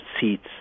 seats